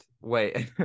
Wait